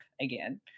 again